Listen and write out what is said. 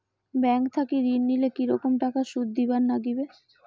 Bank থাকি ঋণ নিলে কি রকম টাকা সুদ দিবার নাগিবে?